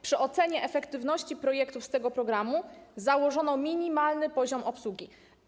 Przy ocenie efektywności projektów z tego programu założono minimalny poziom obsługi.